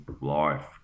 life